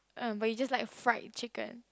um but you just like fried chicken